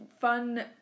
fun